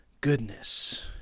goodness